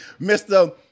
Mr